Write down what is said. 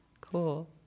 Cool